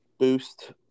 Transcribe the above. boost